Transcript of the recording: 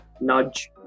Nudge